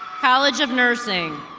college of nursing.